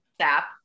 sap